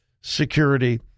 security